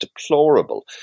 deplorable